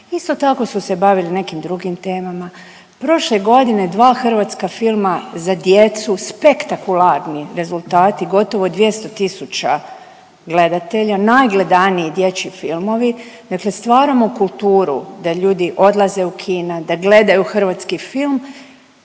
Isto tako su se bavili nekim drugim temama. Prošle godine dva hrvatska filma za djecu spektakularni rezultati, gotovo 200 000 gledatelja, najgledaniji dječji filmovi. Dakle, stvaramo kulturu da ljudi odlaze u kina, da gledaju hrvatski film.